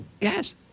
Yes